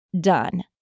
done